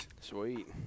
sweet